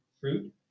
fruit